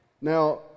Now